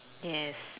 yes